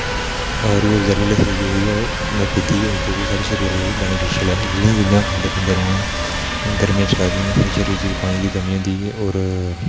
हा रुह अफ़जा जो बी ऐ में पीती और जेहडी सारी शरीरे लेई बेनीफिशल ऐ ही इये जेही चीजां खंदे पींदे रौहना हून गर्मी चला दी जियां साढ़े शरीर च पानी दी कमी होंदी और